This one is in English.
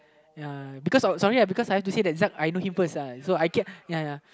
ya because I was sorry I because I had to say Zak because I know him first ah so I get ya ya